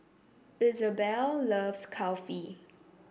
Izabelle loves Kulfi